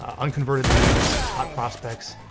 ah unconverted leads, hunt prospects,